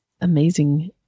amazing